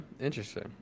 interesting